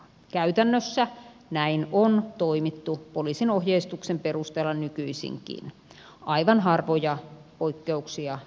käytännössä näin on toimittu poliisin ohjeistuksen perusteella nykyisinkin aivan harvoja poikkeuksia lukuun ottamatta